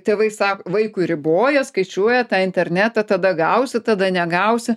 tėvai sak vaikui riboja skaičiuoja tą internetą tada gausi tada negausi